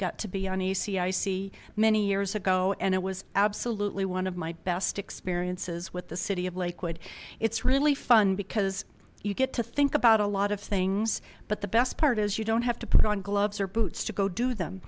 got to be on a cic many years ago and it was absolutely one of my best experiences with the city of lakewood it's really fun because you get to think about a lot of things but the best part is you don't have to put on gloves or boots to go do them